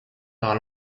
par